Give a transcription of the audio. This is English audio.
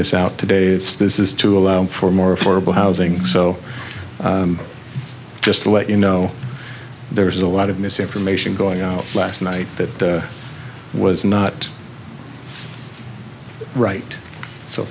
this out today it's this is to allow for more affordable housing so just to let you know there's a lot of misinformation going on last night that was not right so